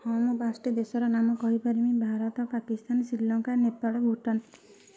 ହଁ ମୁଁ ପାଞ୍ଚଟି ଦେଶର ନାମ କହିପାରିବି ଭାରତ ପାକିସ୍ତାନ ଶ୍ରୀଲଙ୍କା ନେପାଳ ଭୁଟାନ୍